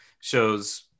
shows